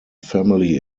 family